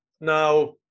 now